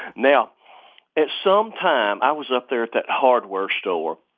now at some time, i was up there at that hardware store.